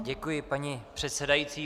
Děkuji, paní předsedající.